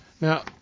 Now